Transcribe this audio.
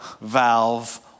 valve